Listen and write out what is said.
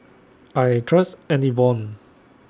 I Trust Enervon